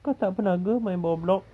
kau tak pernah ke main bawah block